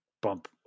bump